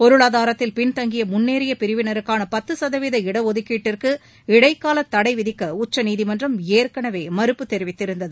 பொருளாதாரத்தில் பின்தங்கிய முன்னேறிய பிரிவினருக்கான பத்து சதவீத இடஒதுக்கீட்டிற்கு இடைக்கால தடை விதிக்க உச்சநீதிமன்றம் ஏற்கனவே மறுப்பு தெரிவித்திருந்தது